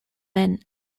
men